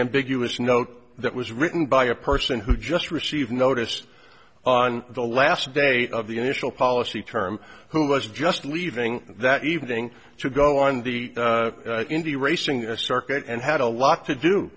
ambiguous note that was written by a person who just received notice on the last day of the initial policy term who was just leaving that evening to go on the indy racing the circuit and had a lot to